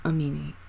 Amini